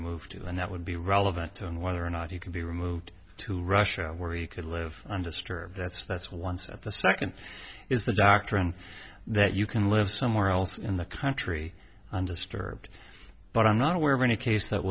moved to and that would be relevant to whether or not he can be removed to russia where he could live i'm disturbed that's that's once of the second is the doctrine that you can live somewhere else in the country under sterve but i'm not aware of any case that